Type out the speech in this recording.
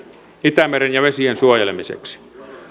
itämeren ja vesien suojelemiseksi